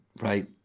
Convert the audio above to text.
right